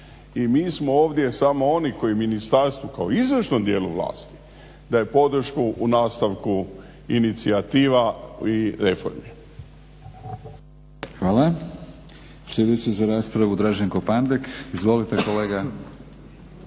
I mi smo ovdje samo oni koji Ministarstvu kao izvršnom dijelu vlasti daje podršku u nastavku inicijativa i reformi. **Batinić, Milorad (HNS)** Hvala. Sljedeći za raspravu, Draženko Pandek. Izvolite kolega.